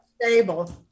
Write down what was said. stable